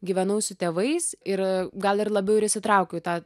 gyvenau su tėvais ir gal ir labiau ir įsitraukiau į tą